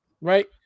right